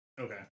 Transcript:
Okay